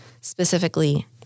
specifically